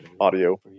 audio